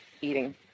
eating